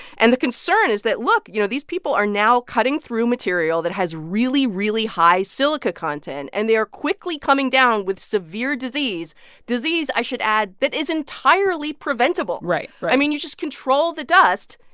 and the concern is that, look. you know, these people are now cutting through material that has really, really high silica content. and they are quickly coming down with severe disease disease, i should add, that is entirely preventable right, right i mean, you just control the dust,